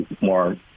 more